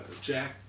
Jack